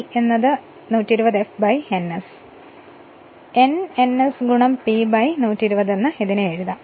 അതിനാൽ ഇത് n ns P 120 എന്ന് എഴുതാം